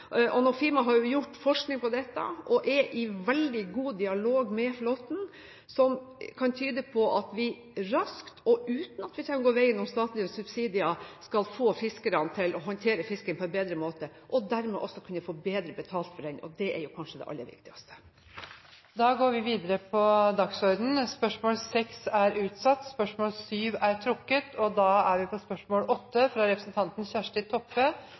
har jo gjort forskning på dette og er i veldig god dialog med flåten, noe som kan tyde på at vi raskt og uten at vi trenger å gå veien om statlige subsidier, skal få fiskerne til å håndtere fisken på en bedre måte, og dermed også kunne få bedre betalt for den. Og det er jo kanskje det aller viktigste. Dette spørsmålet er utsatt til neste spørretime. Dette spørsmålet er